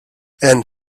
and